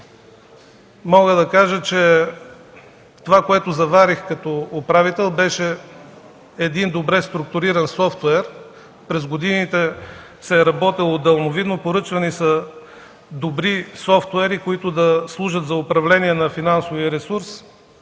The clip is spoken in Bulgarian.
Мога да кажа, че това, което заварих като управител беше един добре структуриран софтуер. През годините се е работило далновидно. Поръчвани са добри софтуери, които да служат за управление на финансовия ресурс.